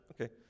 Okay